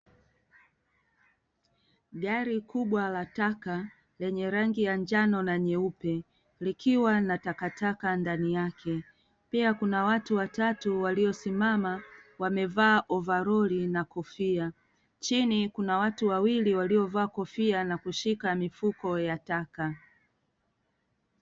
Gari kubwa la taka lenye rangi ya njano na nyeupe, likiwa na takataka ndani yake, pia kuna watu watatu waliosimama wamevaa ovalori na kofia, chini kuna watu wawili waliovaa kofia na kushika mifuko ya taka.